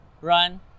run